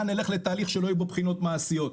נלך לתהליך שלא יהיו בו בחינות מעשיות,